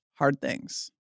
hardthings